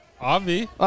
Avi